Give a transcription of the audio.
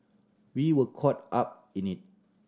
we were caught up in it